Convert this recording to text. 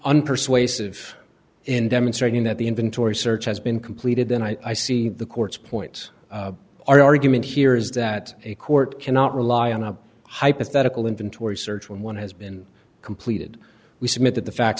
unpersuasive in demonstrating that the inventory search has been completed then i see the court's point our argument here is that a court cannot rely on a hypothetical inventory search when one has been completed we submit that the facts